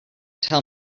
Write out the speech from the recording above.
tell